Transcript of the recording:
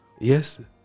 Yes